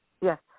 Yes